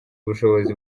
ubushobozi